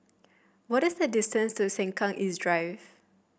what is the distance to Sengkang East Drive